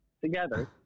together